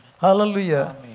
Hallelujah